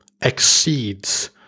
exceeds